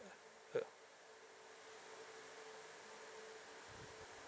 uh